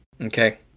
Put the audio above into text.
Okay